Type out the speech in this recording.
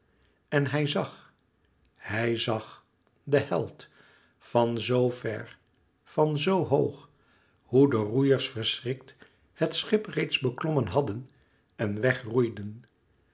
en hij zag hij zag de held van zo ver van zo hoog hoe de roeiers verschrikt het schip reeds beklommen hadden en